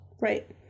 Right